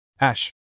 Ash